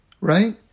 Right